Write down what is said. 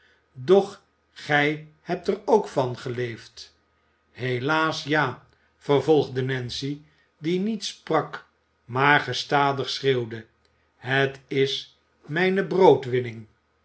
doch gij hebt er ook van geleefd helaas ja vervolgde nancy die niet sprak maar gestadig schreeuwde het is mijne